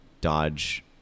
Dodge